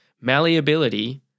Malleability